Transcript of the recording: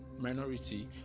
minority